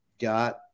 got